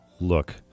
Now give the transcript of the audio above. look